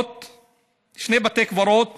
שני בתי קברות